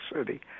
City